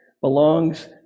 belongs